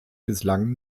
bislang